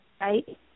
right